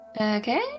Okay